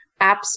apps